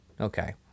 Okay